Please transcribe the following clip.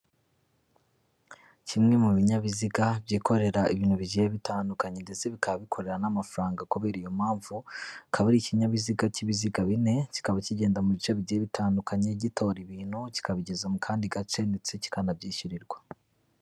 Cyimwe mu binyabiziga byikorera ibintu bigiye bitandukanye ndetse bikaba bikorera n'amafaranga, kubera iyo mpamvu akaba ari icyinyabiziga cy'ibiziga bine, cyikaba cyigenda mu bice bibiri bitandukanye, gitora ibintu cyikabigeza mu kandi gace ndetse cyikanabyishyurirwa.